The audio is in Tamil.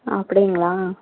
அப்படிங்ளா